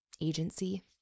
agency